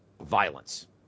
violence